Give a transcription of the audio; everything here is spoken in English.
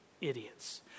idiots